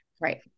Right